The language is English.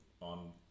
on